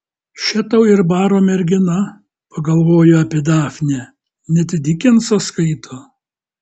še tau ir baro mergina pagalvojo apie dafnę net dikensą skaito